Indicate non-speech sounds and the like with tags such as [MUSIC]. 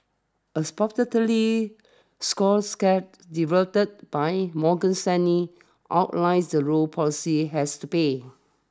a [UNINTELLIGIBLE] scorecard developed by Morgan Stanley outlines the role policy has to play